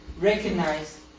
recognize